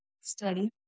study